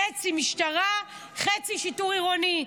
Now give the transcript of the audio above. חצי משטרה, חצי שיטור עירוני.